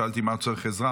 שאלתי במה צריך עזרה.